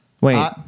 Wait